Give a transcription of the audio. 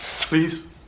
Please